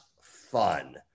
fun